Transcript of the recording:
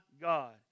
God